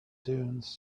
dunes